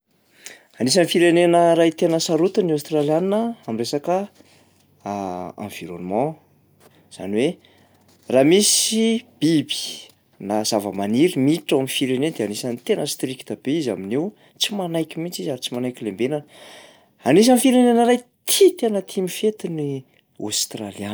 Anisan'ny firenena ray tena sarotiny ny aostraliana am'resaka environement, zany hoe raha misy biby na zava-maniry miditra ao am'fireneny de anisany tena strikta be izy amin'io, tsy manaiky mihitsy izy ary tsy manaiky lembenana. Anisan'ny firenena iray tia- tena tia mifety ny aostralianina.